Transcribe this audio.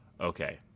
okay